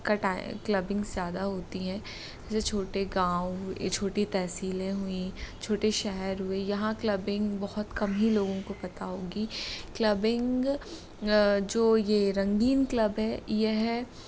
का टाइ क्लबिंग ज़्यादा होती है जो छोटे गाॅंव ये छोटी तहसीलें हुईं छोटे शहर हुये यहाँ क्लबिंग बहुत कम ही लोगों को पता होगी क्लबिंग जो ये रंगीन क्लब हैं यह